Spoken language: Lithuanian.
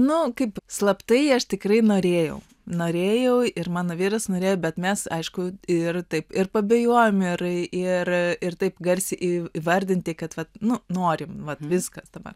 na kaip slaptai aš tikrai norėjau norėjau ir mano vyras norėjo bet mes aišku ir taip ir pabijojom ir taip garsiai įvardinti kad vat nu norim vat viskas dabar